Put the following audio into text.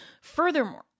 Furthermore